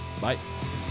Bye